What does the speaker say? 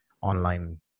online